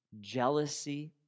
Jealousy